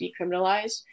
decriminalized